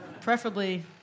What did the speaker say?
preferably